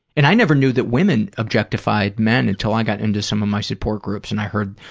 and i never knew that women objectified men until i got into some of my support groups and i heard,